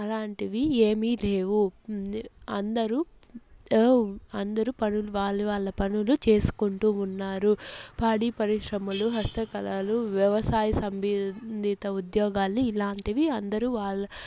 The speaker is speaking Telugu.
అలాంటివి ఏమి లేవు అందరూ అందరూ పనులు వాళ్ళ వాళ్ళ పనులు చేసుకుంటూ ఉన్నారు పాడిపరిశ్రమలు హస్తకళలు వ్యవసాయ సంబంధిత ఉద్యోగాలు ఇలాంటివి అందరూ వాళ్ళ